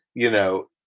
you know,